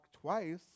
twice